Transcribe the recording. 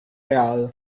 real